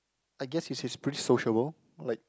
I guess he's he's pretty sociable like